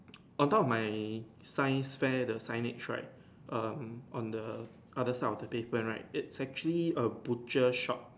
on top of my science fair the signage right um on the other side of paper right it's actually a butcher shop